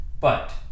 but-